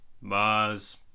Mars